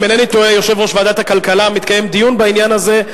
אם אינני טועה יושב-ראש ועדת הכלכלה מקיים דיון בעניין הזה,